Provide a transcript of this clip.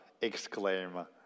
exclaim